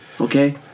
Okay